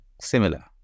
similar